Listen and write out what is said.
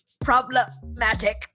problematic